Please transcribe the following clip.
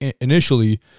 initially